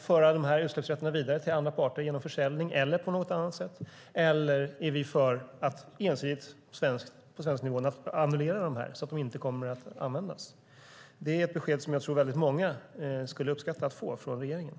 föra utsläppsrätterna vidare till andra parter genom försäljning eller på något annat sätt? Eller är vi för att ensidigt, på svensk nivå, annullera dem så att de inte används? Det är ett besked jag tror att väldigt många skulle uppskatta att få från regeringen.